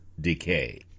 decay